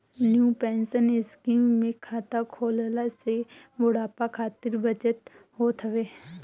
new pension scheme में खाता खोलला से बुढ़ापा खातिर बचत होत हवे